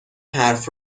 حرف